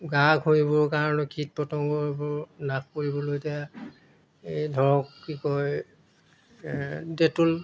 গা ঘঁহিবৰ কাৰণে কীট পতংগবোৰ নাশ কৰিবলৈকে এই ধৰক কি কয় ডেটল